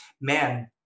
man